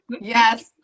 yes